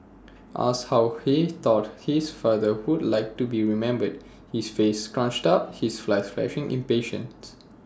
asked how he thought his father would like to be remembered his face scrunched up his eyes flashing impatience